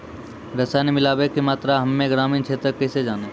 रसायन मिलाबै के मात्रा हम्मे ग्रामीण क्षेत्रक कैसे जानै?